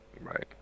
Right